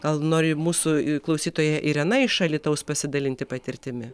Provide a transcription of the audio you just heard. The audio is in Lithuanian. gal nori mūsų klausytoja irena iš alytaus pasidalinti patirtimi